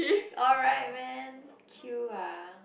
alright man queue ah